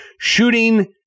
shooting